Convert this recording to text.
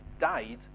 died